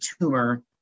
tumor